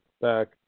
back